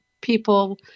people